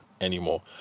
anymore